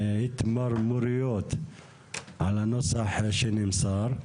התמרמרויות על הנוסח שנמסר.